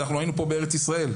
שאנחנו היינו פה בארץ ישראל.